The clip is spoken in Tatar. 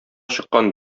чыккан